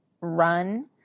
run